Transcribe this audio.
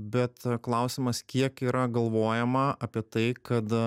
bet klausimas kiek yra galvojama apie tai kad